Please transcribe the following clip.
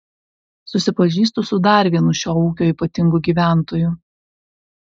susipažįstu su dar vienu šio ūkio ypatingu gyventoju